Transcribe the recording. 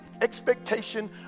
expectation